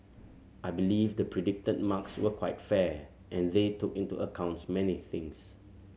I believe the predicted marks were quite fair and they took into accounts many things